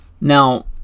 Now